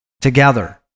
together